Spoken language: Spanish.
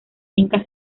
finca